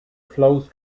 flows